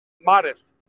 modest